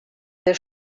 der